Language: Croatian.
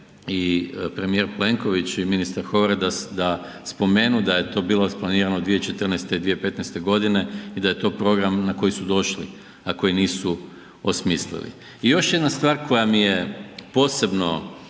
i premijer Plenković i ministar Horvat da spomenu da je to bilo isplanirano 2014. i 2015. godine i da je to program na koji su došli, a koji nisu osmislili. I još jedna stvar koja mi je posebno